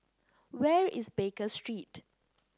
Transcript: where is Baker Street